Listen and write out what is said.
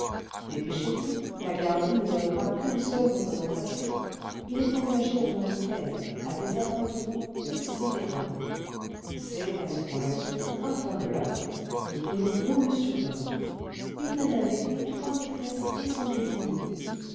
dépêchez-vous lagardy ne donnera qu'une seule représentation il est engagé en angleterre à des appointements considérables c'est à ce qu'on assure un fameux lapin il roule sur l'or il mène avec lui trois maîtresses et son cuisinier